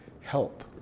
help